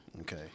Okay